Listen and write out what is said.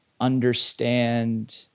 understand